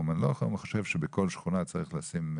ואני לא חושב שבכל שכונה צריך להיות,